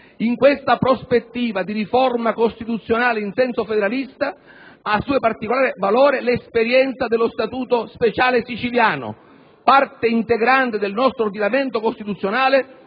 In questa prospettiva di riforma costituzionale in senso federalista assume particolare valore l'esperienza dello Statuto speciale siciliano, parte integrante del nostro ordinamento costituzionale